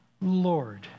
Lord